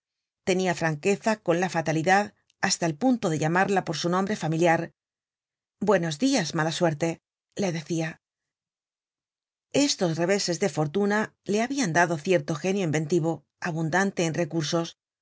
tenia franqueza con la fatalidad hasta el punto de llamarla por su nombre familiar buenos dias mala suerte le decia estos reveses de fortuna le habian dado cierto genio inventivo abundante n recursos